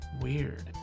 Weird